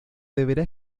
deberá